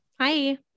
Hi